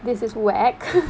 this is whack